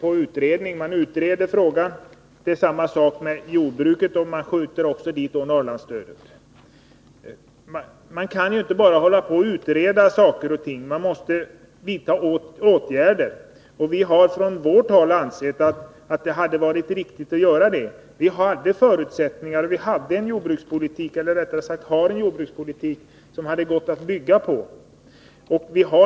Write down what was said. Det är samma sak med jordbruket, och till den utredningen skjuter man också frågan om Norrlandsstödet. Man kan inte bara hålla på att utreda — man måste också vidta åtgärder. Vi har från vårt håll ansett att det hade varit 127 riktigt att nu vidta åtgärder. Det finns förutsättningar, och vi har en jordbrukspolitik som det går att bygga på.